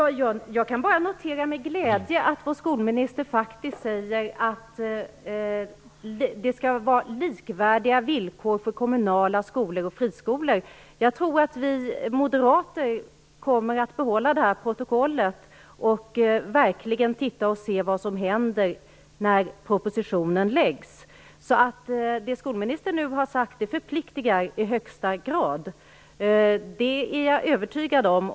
Herr talman! Jag kan bara med glädje notera att vår skolminister faktiskt säger att det skall vara likvärdiga villkor för kommunala skolor och friskolor. Jag tror att vi moderater kommer att behålla det här protokollet och verkligen notera vad som sedan händer när propositionen läggs fram. Det skolministern nu har sagt förpliktar i högsta grad, det är jag övertygad om.